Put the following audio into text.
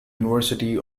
university